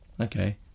okay